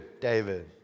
David